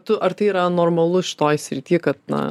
tu ar tai yra normalu šitoj srity kad na